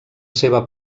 seva